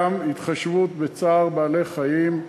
גם התחשבות בצער בעלי-חיים.